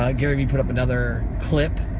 um gary vee put up another clip,